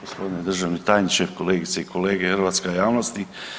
Gospodine državni tajniče, kolegice i kolege, hrvatska javnosti.